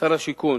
שר השיכון,